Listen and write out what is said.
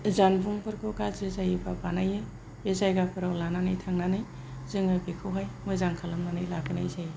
जानबुंफोरखौ गाज्रि जायोबा बानायो बे जायगाफोराव लानानै थांनानै जोङो बेखौहाय मोजां खालामनानै लाबोनाय जायो